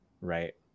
right